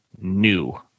new